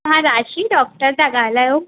हा राज श्री डॉक्टर था ॻाल्हायो